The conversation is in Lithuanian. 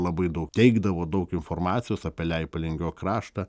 labai daug teikdavo daug informacijos apie leipalingio kraštą